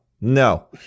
No